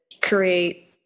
create